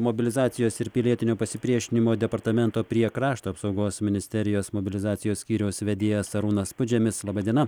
mobilizacijos ir pilietinio pasipriešinimo departamento prie krašto apsaugos ministerijos mobilizacijos skyriaus vedėjas arūnas pudžemis laba diena